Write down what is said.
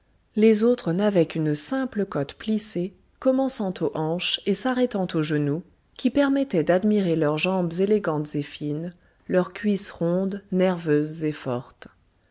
les autres n'avaient qu'une simple cotte plissée commençant aux hanches et s'arrêtant aux genoux qui permettait d'admirer leurs jambes élégantes et fines leurs cuisses rondes nerveuses et fortes